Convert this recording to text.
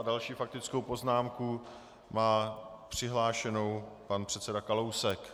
Další faktickou poznámku má přihlášenou pan předseda Kalousek.